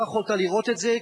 לא יכולת לראות את זה,